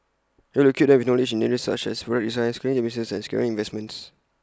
IT will equip them with knowledge in areas such as where design scaling their businesses and securing investments